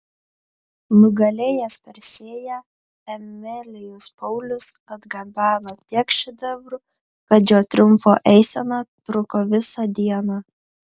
nugalėjęs persėją emilijus paulius atgabeno tiek šedevrų kad jo triumfo eisena truko visą dieną